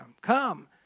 Come